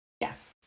yes